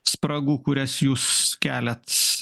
spragų kurias jūs keliat